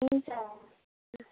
हुन्छ